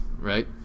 Right